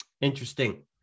interesting